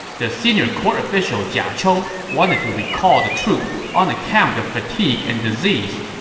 the senior court official jia chong wanted to recall the troops on account of fatigue and disease,